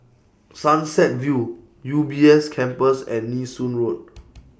Sunset View U B S Campus and Nee Soon Road